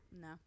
No